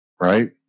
right